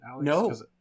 No